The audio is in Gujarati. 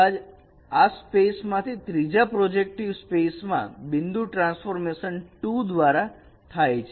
ત્યારબાદ આ સ્પેસ માંથી ત્રીજા પ્રોજેક્ટિવ સ્પેસ માં બીજુ ટ્રાન્સફોર્મેશન 2 દ્વારા થાય છે